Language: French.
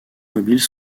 mobiles